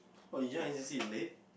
oh you join your C_C_A late